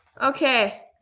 Okay